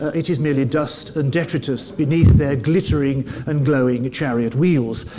it is merely dust and detritus beneath their glittering and glowing chariot wheels.